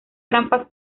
trampas